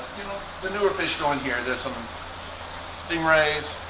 you know the newer fish go in here. there's some stingrays.